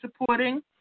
supporting